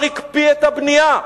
כבר הקפיא את הבנייה.